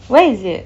where is it